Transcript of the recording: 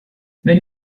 when